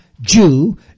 Jew